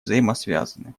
взаимосвязаны